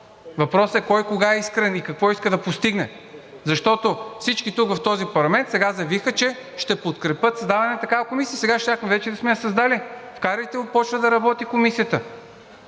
Въпросът е кой кога е искрен и какво иска да постигне, защото всички тук, в този парламент, сега заявиха, че ще подкрепят създаването на такава комисия и сега щяхме вече да сме я създали. Вкарайте го, за да започне да работи Комисията.